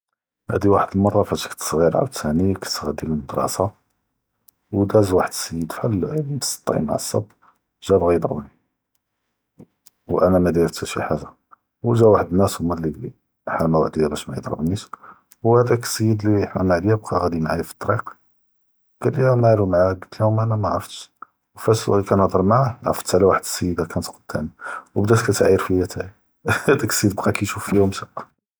הדי וואחד אלמרה פאש כנט סכ’יר עאווטאני כנט ג’אדי ללמדרסה ודאז וואחד אלסייד פלאחל מסטי מעצ’ב ג’א בעה ידרבני ואנא מא דאיר טאשי ח’אג’ה ו’ג’או וואחד אלנאס הומא לי ח’מאו עליא באש מי’דרבניש, והדאק אלסייד לי ח’מאה עליא בקא ג’אדי מעיא פי אלטריק ג’אלי מאלו מעאק קתלו אנא מאערפתש ופאש כנהדר מעא’ו פת עלא וואחד אלסיידה כנת קדאמי בדאת תעאר פיא טא היא הדאק אלסייד, בקא כיישוף פיא ומשא.